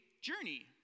journey